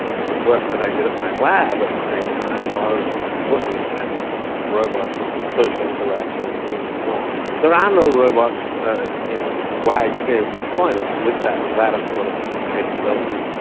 ah the work that i did at my lab at the same time was looking at robots with social interaction and human form. there are um no robots in wide scale deployment with that latter sort of of capability,